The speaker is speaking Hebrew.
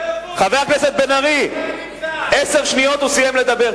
חבר הכנסת בן-ארי, עשר שניות, הוא סיים לדבר.